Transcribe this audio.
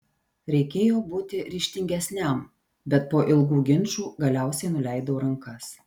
reikėjo būti ryžtingesniam bet po ilgų ginčų galiausiai nuleidau rankas